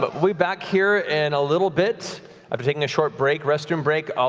but we'll be back here in a little bit after taking a short break, restroom break, ah